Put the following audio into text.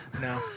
No